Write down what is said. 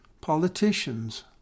politicians